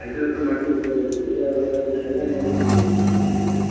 licence ಮಾಡ್ಸ್ಕೊಳ್ಬೇಕಾಗಿತ್ತು ರೀ ಅದು ಹೆಂಗ್ ಹೆಂಗ್ ಅಂತ ನಮಗೆ ಸ್ವಲ್ಪ ಮಾಹಿತಿ ಬೇಕಾಗಿತ್ತು